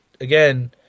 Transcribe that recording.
again